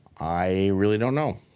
i really don't know.